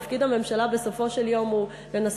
תפקיד הממשלה בסופו של יום הוא לנסות